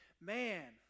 man